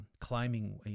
climbing